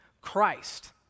Christ